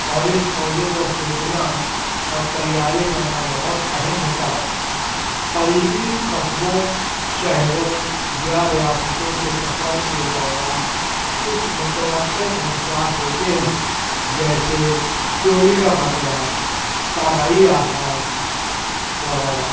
اور اس موضوع پر سوچنا اور تیاری کرنا بہت اہم ہوتا ہے قریبی قصبوں شہروں یا ریاستوں کے سفر کے دوران کچھ متوقع خدشات ہوتے ہیں جیسے چوری کا خطرہ طبعی آفات وغیرہ